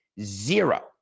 zero